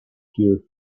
here